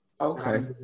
Okay